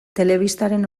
telebistaren